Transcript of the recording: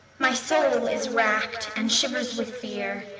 my soul is racked and shivers with fear.